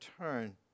turn